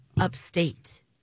upstate